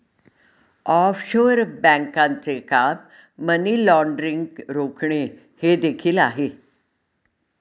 offshore बँकांचे काम money laundering रोखणे हे देखील आहे